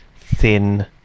thin